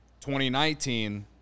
2019